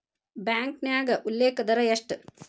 ಬ್ಯಾಂಕ್ನ್ಯಾಗ ಉಲ್ಲೇಖ ದರ ಎಷ್ಟ